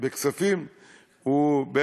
בכספים הוא לא כל כך,